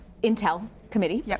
intel committee. yeah